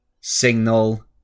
signal